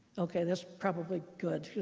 ok, that's probably good.